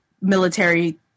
military